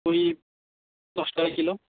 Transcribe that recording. পুঁই দশ টাকা কিলো